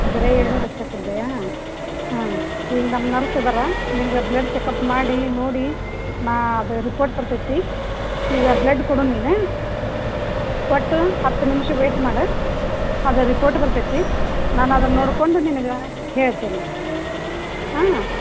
ಬರೇ ಎಳ್ನೀರ್ ಅಷ್ಟೇ ಕುಡಿದೆಯಾ ಹಾಂ ಈಗ ನಮ್ಮ ನರ್ಸ್ ಇದಾರೆ ನಿನಗೆ ಬ್ಲಡ್ ಚೆಕಪ್ ಮಾಡಿ ನೋಡಿ ನಾನು ಅದು ರಿಪೋರ್ಟ್ ಬರ್ತೈತಿ ಈಗ ಬ್ಲಡ್ ಕೊಡು ನೀನು ಕೊಟ್ಟು ಹತ್ತು ನಿಮಿಷ ವೇಟ್ ಮಾಡು ಅದು ರಿಪೋರ್ಟ್ ಬರ್ತೈತಿ ನಾನು ಅದನ್ನು ನೋಡ್ಕೊಂಡು ನಿನಗೆ ಹೇಳ್ತೇನೆ ಹಾಂ